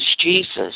Jesus